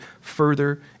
further